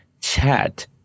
chat